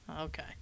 Okay